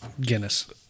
Guinness